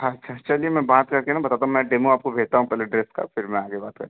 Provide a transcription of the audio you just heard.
अच्छा चलिए मैं बात करके न बताता हूँ मैं डेमो आपको भेजता हूँ पहले ड्रेस का फिर मैं आगे बात करता हूँ